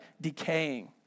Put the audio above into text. decaying